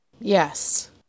Yes